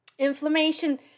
Inflammation